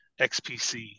xpc